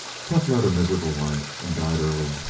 pup led a miserable life, and died early.